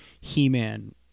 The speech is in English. He-Man